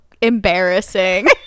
embarrassing